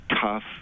tough